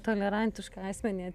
tolerantišką asmenį